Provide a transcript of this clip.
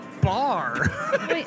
bar